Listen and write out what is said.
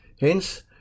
Hence